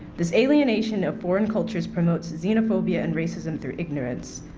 this alienation of foreign cultures promote xenophobia and racism through ignorance.